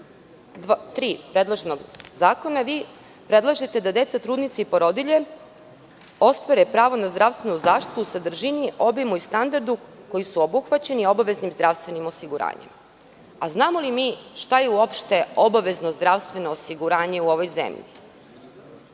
3. predlog zakona, vi predlažete da deca, trudnice i porodilje ostvare pravo na zdravstvenu zaštitu u sadržini, obimu standardu koji su obuhvaćeni obaveznim zdravstvenim osiguranjem. Znamo li mi šta je uopšte obavezno zdravstveno osiguranje u ovoj zemlji?